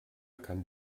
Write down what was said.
kann